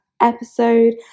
episode